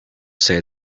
say